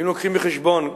אם לוקחים בחשבון,